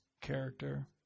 character